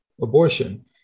abortion